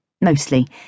mostly